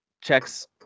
checks